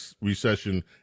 recession